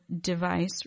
device